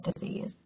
disease